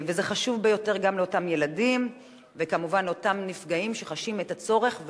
וזה חשוב ביותר גם לאותם ילדים וכמובן לאותם נפגעים שחשים את הצורך,